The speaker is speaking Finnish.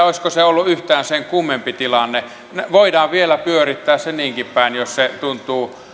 olisiko se ollut yhtään sen kummempi tilanne me voimme vielä pyörittää sen niinkin päin jos se tuntuu